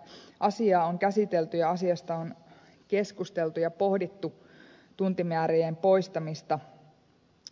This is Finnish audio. tätä asiaa on käsitelty ja asiasta on keskusteltu ja pohdittu tuntimäärien poistamista